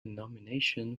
nomination